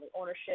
ownership